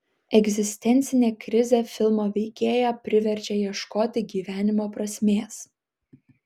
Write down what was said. egzistencinė krizė filmo veikėją priverčia ieškoti gyvenimo prasmės